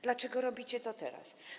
Dlaczego robicie to teraz?